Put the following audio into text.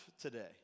today